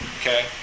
Okay